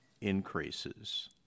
increases